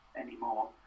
anymore